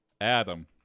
Adam